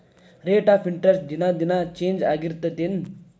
rate of interest ದಿನಾ ದಿನಾ change ಆಗ್ತಿರತ್ತೆನ್